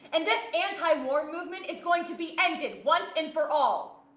and this anti-war movement is going to be ended once and for all.